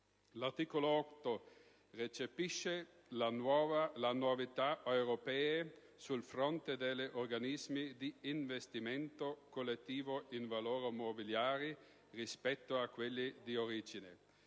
L'articolo 8 recepisce le novità europee sul fronte degli organismi di investimento collettivo in valori mobiliari rispetto a quelli di origine.